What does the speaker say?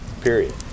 period